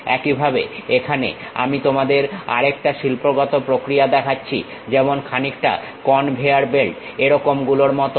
একইভাবে এখানে আমি তোমাদের আরেকটা শিল্পগত প্রক্রিয়া দেখাচ্ছি যেমন খানিকটা কনভেয়ার বেল্ট এরকম গুলোর মতন